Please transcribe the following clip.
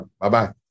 Bye-bye